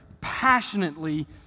passionately